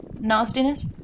nastiness